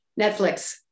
Netflix